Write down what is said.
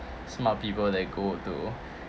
smart people that go to